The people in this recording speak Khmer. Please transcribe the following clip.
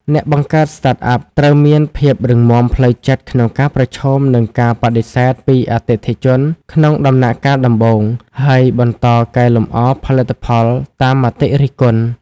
អ្នកបង្កើត Startup ត្រូវមានភាពរឹងមាំផ្លូវចិត្តក្នុងការប្រឈមនឹងការបដិសេធពីអតិថិជនក្នុងដំណាក់កាលដំបូង ហើយបន្តកែលម្អផលិតផលតាមមតិរិះគន់។